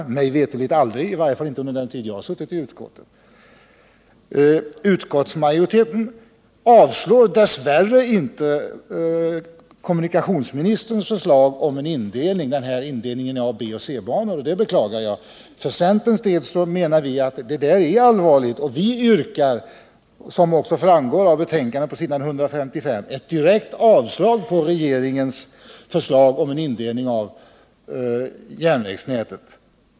Nej, mig veterligt aldrig, i varje fall inte under den tid jag har suttit i utskottet. Utskottsmajoriteten avstyrker dess värre inte kommunikationsministerns förslag om en indelning i A-, B och C-banor, och det beklagar jag. Centern menar att det är allvarligt. Som framgår av betänkandet, s. 155, avstyrker vi regeringens förslag på den punkten.